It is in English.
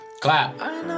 Clap